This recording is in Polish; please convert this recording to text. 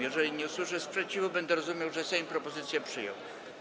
Jeżeli nie usłyszę sprzeciwu, będę rozumiał, że Sejm propozycje przyjął.